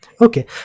okay